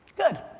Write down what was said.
good,